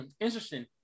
interesting